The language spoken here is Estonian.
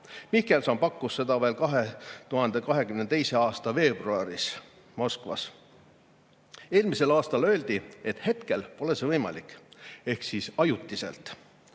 Mihkelson pakkus seda veel 2022. aasta veebruaris Moskvas. Eelmisel aastal öeldi, et hetkel pole see võimalik, ehk siis ajutiselt.